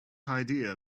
idea